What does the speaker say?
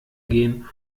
gehen